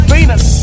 Venus